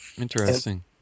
Interesting